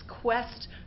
quest